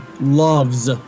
loves